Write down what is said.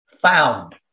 found